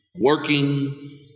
working